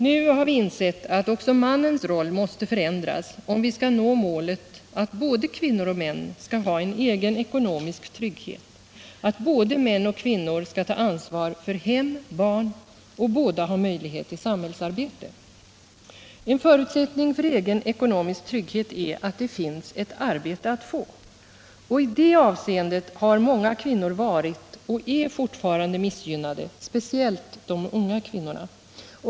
Nu har vi insett att också mannens roll måste förändras, om vi skall nå målet att både kvinnor och män skall ha en egen ekonomisk trygghet, att både män och kvinnor skall ta ansvar för hem och barn och att båda skall ha möjlighet till samhällsarbete. En förutsättning för egen ekonomisk trygghet är att det finns ett arbete att få, och i det avseendet har många kvinnor varit och är fortfarande missgynnade, speciellt de unga kvinnorna.